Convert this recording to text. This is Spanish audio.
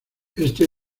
este